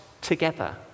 together